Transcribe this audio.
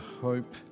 hope